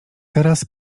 teraz